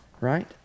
right